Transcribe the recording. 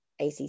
ACC